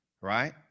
right